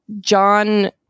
John